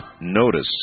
notice